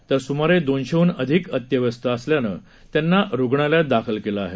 तर सुमारे दोनशेहन अधिक अत्यवस्थ असल्यानं त्यांना रुग्णालयात दाखल केलं आहे